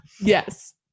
Yes